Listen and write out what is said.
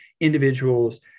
individuals